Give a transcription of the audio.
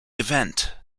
event